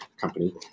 company